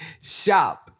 Shop